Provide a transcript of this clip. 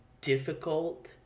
difficult